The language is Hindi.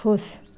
ख़ुश